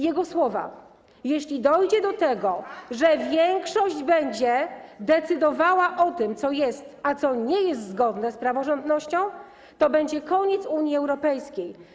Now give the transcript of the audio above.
Jego słowa: Jeśli dojdzie do tego, że większość będzie decydowała o tym, co jest, a co nie jest zgodne z praworządnością, to będzie to koniec Unii Europejskiej.